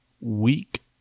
week